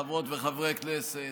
חברות וחברי הכנסת,